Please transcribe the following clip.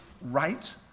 right